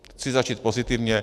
Chci začít pozitivně.